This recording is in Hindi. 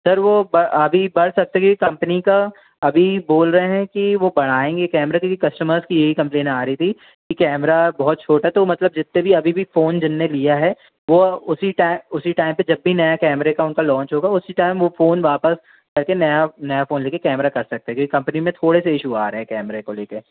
सर वो अभी बढ़ सकता है कि कम्पनी का अभी बोल रहे हैं कि वो बढ़ाएंगे कैमरा क्योंकि कस्टमर्स की यही कम्प्लेन आ रही थी कि कैमरा बहुत छोटा है तो मतलब जीतने भी अभी अभी फ़ोन जिनने लिया है वो उसी उसी टाइम पर जब भी नया कैमरे का उनका लॉन्च होगा उसी टाइम वह फ़ोन वापस करके नया नया फ़ोन ले कर कैमरा कर सकते क्योंकि कम्पनी में थोड़े से ईशू आ रहे कैमरे को ले कर